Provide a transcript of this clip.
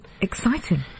exciting